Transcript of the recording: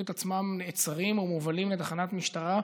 את עצמם נעצרים ומובלים לתחנת משטרה.